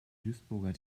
duisburger